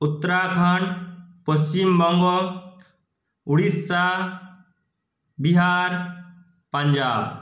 Uttarakhand Paschimbanga Odisha Bihar Punjab